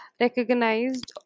recognized